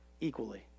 equally